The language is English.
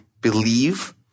believe